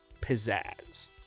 pizzazz